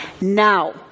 Now